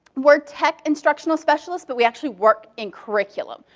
we're tech instructional specialists but we actually work in curriculum.